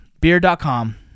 beer.com